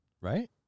Right